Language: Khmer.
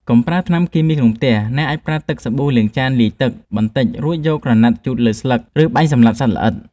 កុំប្រើថ្នាំគីមីក្នុងផ្ទះ អ្នកអាចប្រើ ទឹកសាប៊ូលាងចានលាយទឹក បន្តិច រួចយកក្រណាត់ជូតលើស្លឹក ឬបាញ់សម្លាប់សត្វល្អិត។